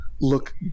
look